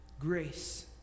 Grace